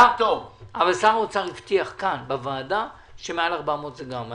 אבל שר האוצר הבטיח כאן בוועדה שמעל 400 זה גם.